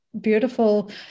beautiful